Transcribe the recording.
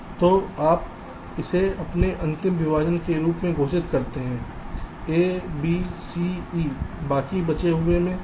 तो आप इसे अपने अंतिम विभाजन के रूप में घोषित करते हैं a b c e बाकी बचे हुए में